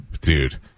Dude